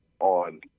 on